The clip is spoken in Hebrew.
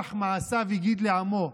"כח מעשיו הגיד לעמו".